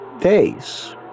days